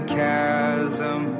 chasm